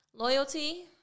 Loyalty